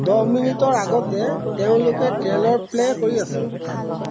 দহ মিনিটৰ আগতে তেওঁলোকে ট্ৰেইলাৰ প্লে' কৰি আছিল